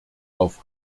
auf